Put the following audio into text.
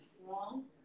strong